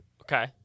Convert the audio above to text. Okay